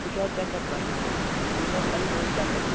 مےٚ چھُ اَتھ چیٚک اَپ کَرناوُن